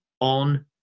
on